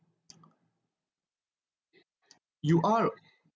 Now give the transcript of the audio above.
you are